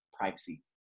privacy